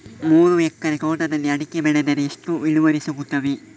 ಮೂರು ಎಕರೆ ತೋಟದಲ್ಲಿ ಅಡಿಕೆ ಬೆಳೆದರೆ ಎಷ್ಟು ಇಳುವರಿ ಸಿಗುತ್ತದೆ?